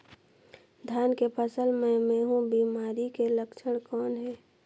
धान के फसल मे महू बिमारी के लक्षण कौन हे?